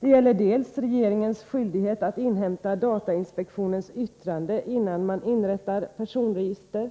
Det gäller bl.a. regeringens skyldighet att inhämta datainspektionens yttrande innan man inrättar personregister.